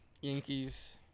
Yankees